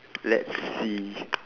let's see